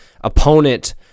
opponent